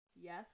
yes